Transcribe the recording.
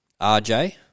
RJ